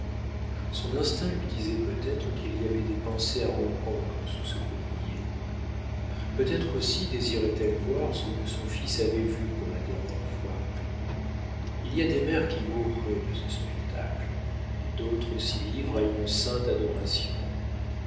son instinct lui disait peut-être qu'il y avait des pensées à reprendre sous ce peuplier peut-être aussi désirait elle voir ce que son fils avait vu pour la dernière fois il y a des mères qui mourraient de ce spectacle d'autres s'y livrent à une sainte adoration